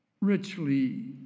richly